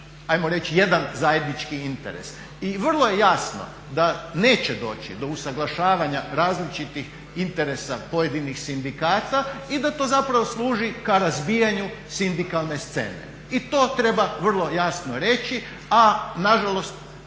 ajmo reći jedan zajednički interes. I vrlo je jasno da neće doći do usuglašavanja različitih interesa pojedinih sindikata i da to zapravo služi ka razbijanju sindikalne scene. I to treba vrlo jasno reći, a nažalost